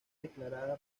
declarada